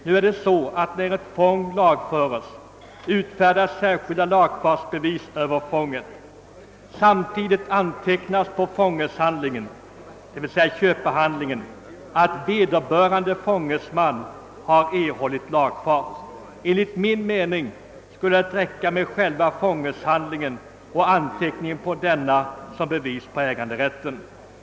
När ett fång nu lagfares, utfärdas särskilda lagfartsbevis över fånget. Samtidigt antecknas på fångeshandlingen, d. v.. s. köpehandlingen; att vederbörande fångesman har erhållit lagfart. Enligt min mening skulle det räcka med själva fångeshandlingen och anteckningen på denna som bevis på äganderätten.